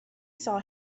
saw